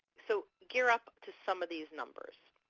so gear up to some of these numbers.